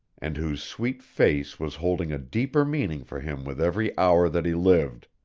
and whose sweet face was holding a deeper meaning for him with every hour that he lived.